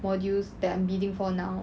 modules that I'm bidding for now